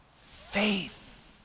faith